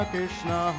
Krishna